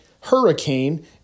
hurricane